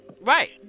Right